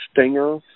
stinger